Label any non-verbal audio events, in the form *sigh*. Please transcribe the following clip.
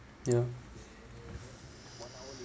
ya *breath*